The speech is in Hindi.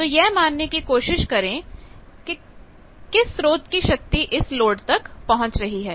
तो यह मानने की कोशिश करें किस स्रोत की शक्ति इस लोड तक पहुंच रही है